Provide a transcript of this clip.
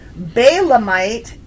Balaamite